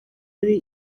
ari